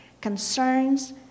concerns